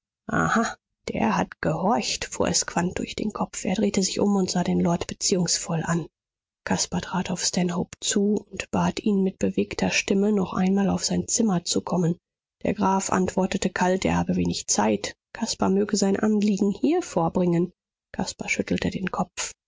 der hat gehorcht fuhr es quandt durch den kopf er drehte sich um und sah den lord beziehungsvoll an caspar trat auf stanhope zu und bat ihn mit bewegter stimme noch einmal auf sein zimmer zu kommen der graf antwortete kalt er habe wenig zeit caspar möge sein anliegen hier vorbringen caspar schüttelte den kopf